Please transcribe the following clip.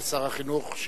לשר החינוך,